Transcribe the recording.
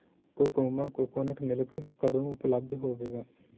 Cocomama coconut milk ਕਦੋਂ ਉਪਲਬਧ ਹੋਵੇਗਾ